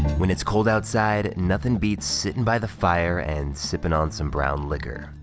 when it's cold outside, nothing beats sitting by the fire and sipping on some brown liquor.